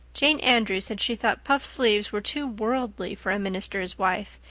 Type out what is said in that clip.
jane andrews said she thought puffed sleeves were too worldly for a minister's wife,